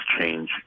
change